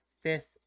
Fifth